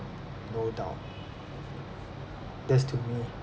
no doubt that's to me